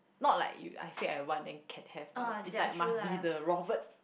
not like you I say I want then can have one is like must be the Robert